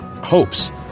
hopes